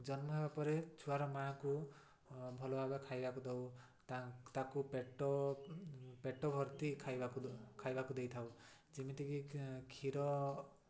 ଜନ୍ମ ହେବା ପରେ ଛୁଆର ମା'କୁ ଭଲ ଭାବେ ଖାଇବାକୁ ଦେଉ ତାକୁ ପେଟ ପେଟ ଭର୍ତ୍ତି ଖାଇବାକୁ ଖାଇବାକୁ ଦେଇଥାଉ ଯେମିତିକି କ୍ଷୀର